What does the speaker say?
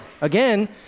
Again